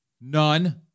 None